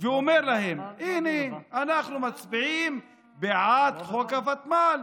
ואומר להם: הינה, אנחנו מצביעים בעד חוק הוותמ"ל.